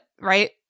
right